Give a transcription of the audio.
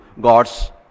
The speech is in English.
gods